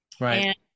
right